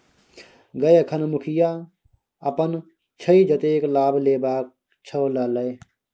गय अखन मुखिया अपन छियै जतेक लाभ लेबाक छौ ल लए